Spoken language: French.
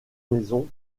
maisons